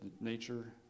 nature